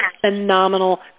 phenomenal